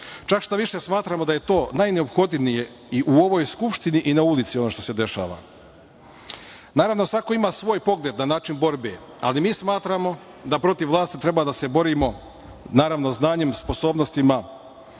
Šta više, smatramo da je to najneophodnije i u ovoj Skupštini i na ulici ono što se dešava. Naravno, svako ima svoj pogled na način borbe, ali mi smatramo da protiv vlasti treba da se borimo, naravno, znanjem i sposobnostima,